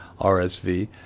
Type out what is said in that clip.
RSV